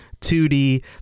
2d